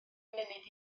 munud